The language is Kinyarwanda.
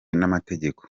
n’amategeko